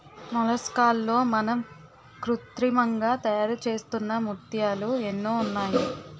మొలస్కాల్లో మనం కృత్రిమంగా తయారుచేస్తున్న ముత్యాలు ఎన్నో ఉన్నాయి